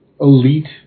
elite